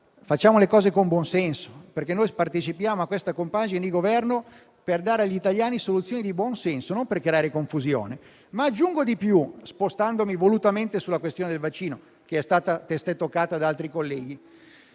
di fare le cose con buonsenso, perché noi partecipiamo a questa compagine di Governo per dare agli italiani soluzioni di buonsenso, non per creare confusione. Spostandomi volutamente sulla questione del vaccino, che è stata testé toccata da altri colleghi,